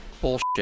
bullshit